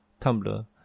Tumblr